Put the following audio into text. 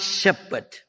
shepherd